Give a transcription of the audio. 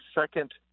second